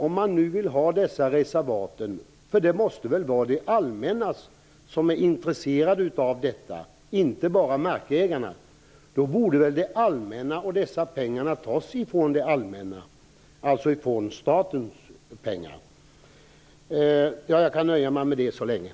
Om man nu vill ha dessa reservat - för det måste väl vara i det allmännas och inte bara i markägarnas intresse - vore det då inte mer lämpligt, Ronny Korsberg, att dessa pengar togs från det allmänna, dvs. statens pengar?